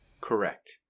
Correct